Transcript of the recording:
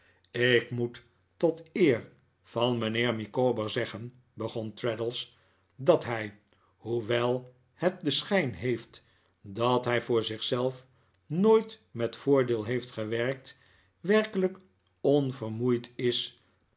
ik moet tot eer van mijnheer micawber zeggen begon traddles dat hij hoewel het den schijn heeft dat hij voor zich zelf nooit met voordeel heeft gewerkt werkelijk onvermoeid is